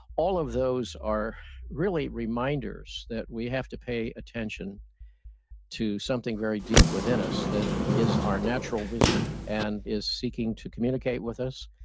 all of those are really reminders that we have to pay attention to something very deep within us that is our natural wisdom and is seeking to communicate with us,